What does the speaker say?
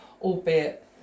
albeit